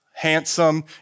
Handsome